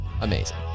amazing